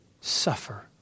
suffer